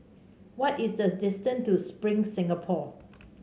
what is the distance to Spring Singapore